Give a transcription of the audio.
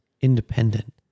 independent